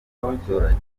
abaturage